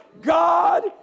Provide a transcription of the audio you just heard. God